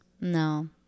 No